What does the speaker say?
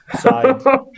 side